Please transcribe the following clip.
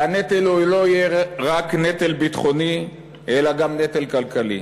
והנטל לא יהיה רק נטל ביטחוני, אלא גם נטל כלכלי.